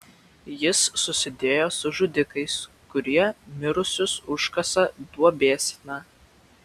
jis susidėjo su žudikais kurie mirusius užkasa duobėsna